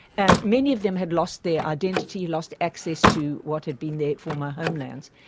and many of them had lost their identity, lost access to what had been their former homelands,